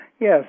Yes